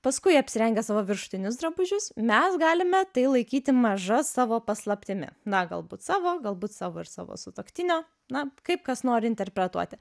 paskui apsirengę savo viršutinius drabužius mes galime tai laikyti maža savo paslaptimi na galbūt savo galbūt savo ir savo sutuoktinio na kaip kas nori interpretuoti